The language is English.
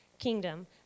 kingdom